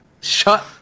Shut